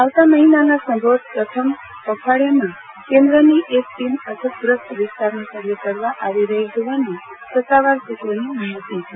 આવતા મહીનાના સંભવત પ્રથમ પખવાડીયામાં કેન્દ્રની એક ટીમ અછતગ્રસ્ત વિસ્તારનો સર્વે કરવા આવી રહી હોવાનું સત્તાવાર સુત્રોની માહિતી છે